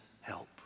help